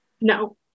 No